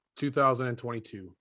2022